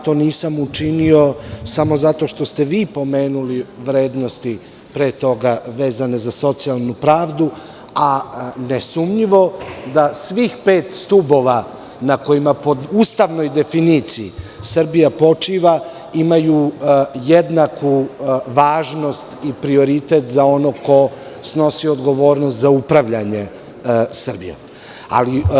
To nisam učinio samo zato što ste vi pomenuli vrednosti pre toga, vezane za socijalnu pravdu, a ne sumnjivo da svih pet stubova na kojima pod ustavnoj definiciji Srbija počiva, imaju jednaku važnost i prioritet za onog ko snosi odgovornost za upravljanje Srbijom.